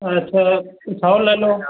अच्छा तो सौ ले लो